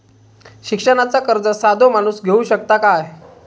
शिक्षणाचा कर्ज साधो माणूस घेऊ शकता काय?